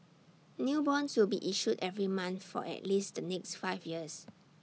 new bonds will be issued every month for at least the next five years